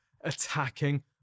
attacking